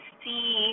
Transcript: see